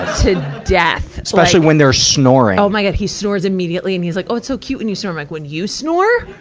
to death. especially when they're snoring. oh my god. he snores immediately. and he's like, oh, it's so cute when you snore. i'm like, when you snore,